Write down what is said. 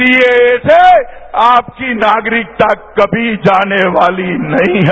CAA से आपकी नागरिकता कभी जाने वाली नहीं है